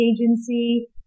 Agency